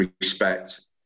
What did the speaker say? respect